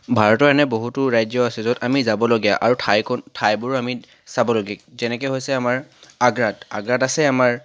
ভাৰতৰ এনে বহুতো ৰাজ্য আছে য'ত আমি যাবলগীয়া আৰু ঠাইকো ঠাইবোৰো আমি চাবলগীয়া যেনেকৈ হৈছে আমাৰ আগ্ৰাত আগ্ৰাত আছে আমাৰ